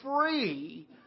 free